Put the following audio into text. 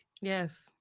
yes